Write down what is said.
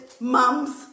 mums